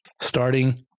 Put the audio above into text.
starting